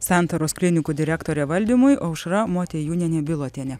santaros klinikų direktorė valdymui aušra motiejūnienė bilotienė